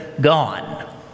gone